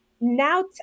Now